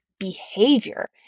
behavior